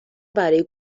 برای